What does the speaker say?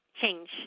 change